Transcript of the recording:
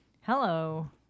Hello